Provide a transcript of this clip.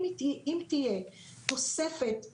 אם תהיה תוספת להדרכה,